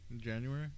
January